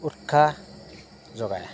উৎসাহ যোগায়